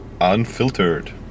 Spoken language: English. unfiltered